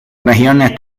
regiones